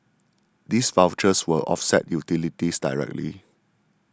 these vouchers will offset utilities directly